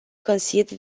concede